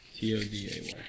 T-O-D-A-Y